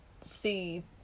see